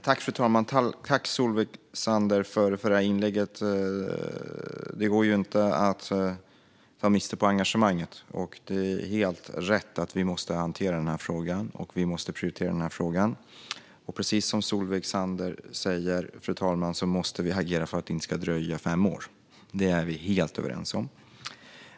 Fru talman! Tack, Solveig Zander, för inlägget! Det går ju inte att ta miste på engagemanget. Det är helt rätt att vi måste hantera den här frågan och prioritera den. Precis som Solveig Zander säger måste vi agera för att det inte ska dröja fem år. Det är vi helt överens om.